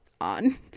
on